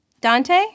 Dante